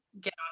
get